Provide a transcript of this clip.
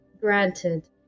granted